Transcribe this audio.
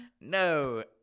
No